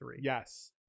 yes